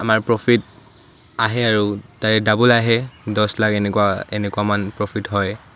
আমাৰ প্ৰফিট আহে আৰু তাৰে ডাবল আহে দহ লাখ এনেকুৱা এনেকুৱামান প্ৰফিট হয়